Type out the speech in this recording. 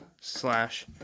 slash